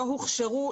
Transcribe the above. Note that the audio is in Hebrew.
לא הוכשרו,